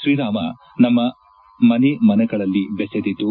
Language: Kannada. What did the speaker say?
ತ್ರೀರಾಮ ನಮ್ಮ ಮನೆ ಮನಗಳಲ್ಲಿ ಬೆಸದಿದ್ದು